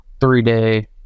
three-day